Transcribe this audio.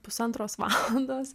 pusantros valandos